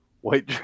White